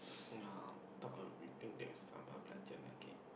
ya thought of asking that sambal belacan again